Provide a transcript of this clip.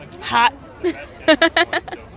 Hot